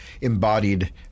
embodied